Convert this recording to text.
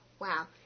Wow